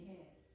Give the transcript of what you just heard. Yes